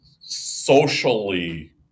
socially